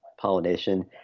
pollination